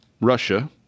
Russia